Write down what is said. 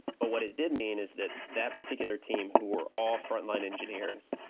but what it did mean is that that particular team who were all frontline engineers,